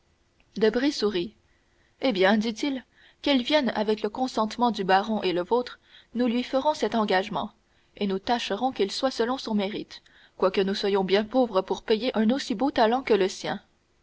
monde debray sourit eh bien dit-il qu'elle vienne avec le consentement du baron et le vôtre nous lui ferons cet engagement et nous tâcherons qu'il soit selon son mérite quoique nous soyons bien pauvres pour payer un aussi beau talent que le sien